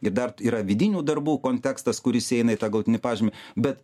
ir dar yra vidinių darbų kontekstas kuris įeina į tą galutinį pažymį bet